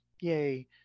yay